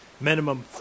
minimum